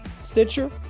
Stitcher